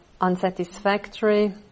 unsatisfactory